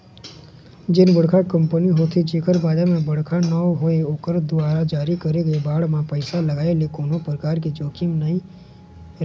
जेन बड़का कंपनी होथे जेखर बजार म बड़का नांव हवय ओखर दुवारा जारी करे गे बांड म पइसा लगाय ले कोनो परकार के जोखिम नइ राहय